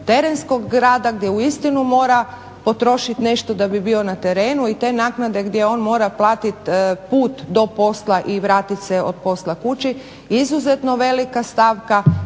terenskog rada gdje uistinu mora potrošit nešto da bi bio na terenu i te naknade gdje on mora platit put do posla i vratit se od posla kući je izuzetno velika stavka